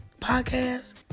podcast